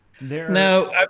No